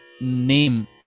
name